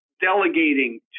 delegating